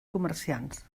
comerciants